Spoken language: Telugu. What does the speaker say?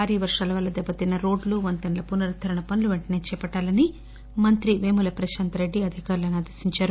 భారీ వర్షాల వల్ల దెబ్బతిన్న రోడ్లువంతెనల పునరుద్దరణ పనులు పెంటసే చేపట్టాలని మంత్రి పేముల ప్రశాంత రెడ్డి అధికారులను ఆదేశించారు